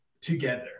together